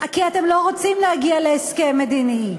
כי אתם לא רוצים להגיע להסכם מדיני.